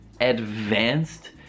advanced